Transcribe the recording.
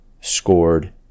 scored